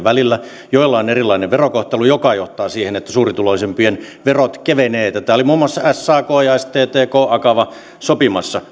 välillä joilla on erilainen verokohtelu joka johtaa siihen että suurituloisimpien verot kevenevät tätä olivat muun muassa sak sttk akava sopimassa